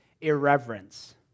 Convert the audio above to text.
irreverence